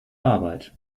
arbeit